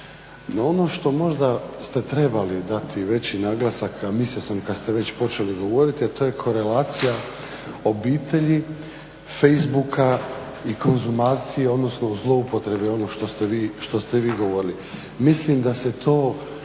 ono što možda ste trebali dati veći naglasak, a mislio sam kad ste već počeli govoriti, a to je korelacija obitelji, Facebook-a i konzumacije, odnosno zloupotrebe ono što ste vi govorili. Mislim da se to